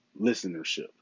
listenership